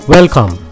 Welcome